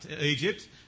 Egypt